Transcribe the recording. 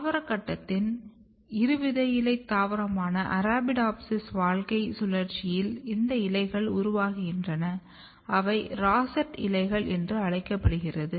தாவர கட்டத்தின் இருவிதையிலை தாவரமான அராபிடோப்சிஸின் வாழ்க்கைச் சுழற்சியில் இந்த இலைகள் உருவாகின்றன அவை ரொசெட் இலைகள் என்று அழைக்கப்படுகின்றன